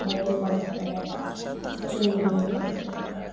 ভয়ঙ্কর একটা ব্যাপার প্রচণ্ড ভয়ঙ্কর একটা ব্যাপার